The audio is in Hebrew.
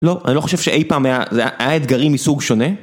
לא, אני לא חושב שאי פעם היה, זה היה, היה אתגרים מסוג שונה.